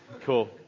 cool